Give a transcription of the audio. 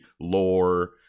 lore